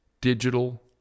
digital